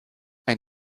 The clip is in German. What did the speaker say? ein